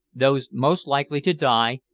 those most likely to die,